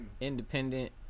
Independent